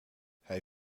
hij